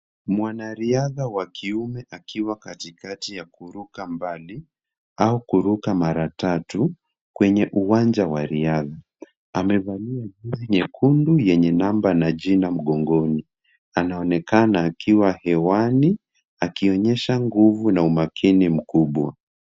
Mwanariadha wa kiume akiwa katikati ya kuruka mbali au kuruka mara tatu, kwenye uwanja wa riadha. Amevalia jezi nyekundu yenye namba na jina mgongoni. Anaonekana akiwa hewani, akionyesha nguvu na umakini mkubwa.